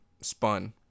spun